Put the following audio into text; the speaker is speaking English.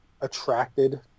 attracted